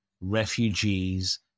Refugees